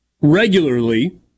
regularly